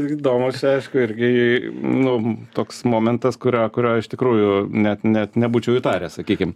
įdomus čia aišku irgi nu toks momentas kurio kurio iš tikrųjų net net nebūčiau įtaręs sakykim